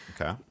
Okay